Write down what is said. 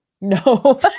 No